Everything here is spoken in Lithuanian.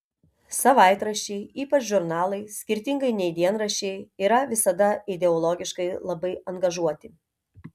savaitraščiai ypač žurnalai skirtingai nei dienraščiai yra visada ideologiškai labai angažuoti